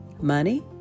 Money